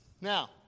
Now